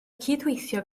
cydweithio